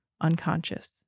unconscious